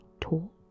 talk